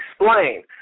explain